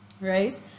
right